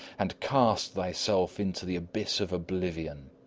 and cast thyself into the abyss of oblivion.